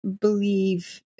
believe